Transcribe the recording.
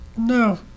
No